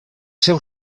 seus